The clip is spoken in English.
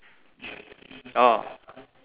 oh